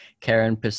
karen